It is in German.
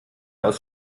aus